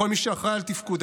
לכל מי שאחראי על תפקודם,